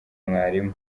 mwarimu